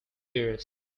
ears